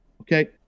Okay